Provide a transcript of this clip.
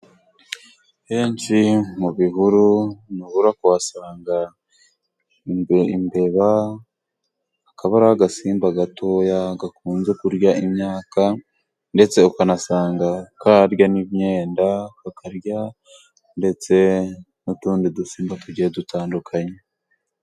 Henshi mu bihuru ntubura kuhasanga imbeba, akaba ari agasimba gatoya gakunze kurya imyaka ndetse ukanasanga karya n'imyenda, kakarya ndetse n'utundi dusimba tugiye dutandukanye.